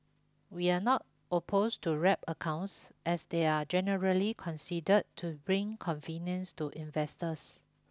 we are not opposed to wrap accounts as they are generally considered to bring convenience to investors